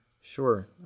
Sure